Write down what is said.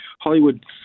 Hollywood